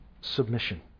submission